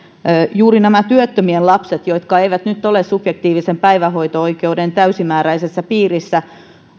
juuri näihin työttömien lapsiin liittyen jotka eivät nyt ole subjektiivisen päivähoito oikeuden täysimääräisessä piirissä